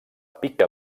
pica